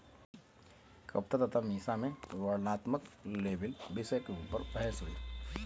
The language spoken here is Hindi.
कविता तथा मीसा में वर्णनात्मक लेबल विषय के ऊपर बहस हुई